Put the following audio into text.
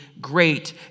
great